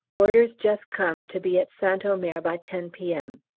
orders just come to be at st omer by ten p m.